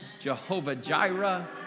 Jehovah-Jireh